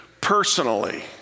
personally